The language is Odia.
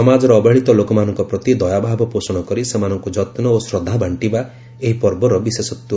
ସମାଜର ଅବହେଳିତ ଲୋକମାନଙ୍କ ପ୍ରତି ଦୟାଭାବ ପୋଷଣ କରି ସେମାନଙ୍କୁ ଯତ୍ନ ଓ ଶ୍ରଦ୍ଧା ବାଣ୍ଢିବା ଏହି ପର୍ବର ବିଶେଷତ୍ୱ